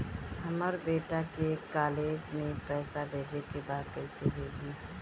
हमर बेटा के कॉलेज में पैसा भेजे के बा कइसे भेजी?